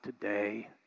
today